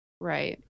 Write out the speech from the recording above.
Right